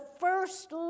first